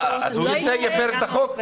אז הוא יפר את החוק?